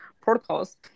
protocols